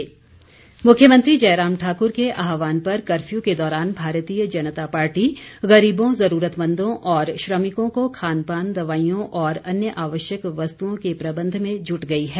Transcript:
भाजपा मुख्यमंत्री जयराम ठाकुर के आह्वान पर कर्फ्यू के दौरान भारतीय जनता पार्टी गरीबों ज़रूरतमंदों और श्रमिकों को खानपान दवाईयों और अन्य आवश्यक वस्तुओं के प्रबंध में जुट गई है